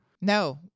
No